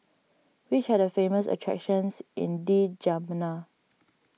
which are the famous attractions in N'Djamena